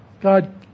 God